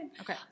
Okay